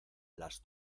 las